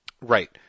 Right